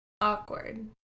Awkward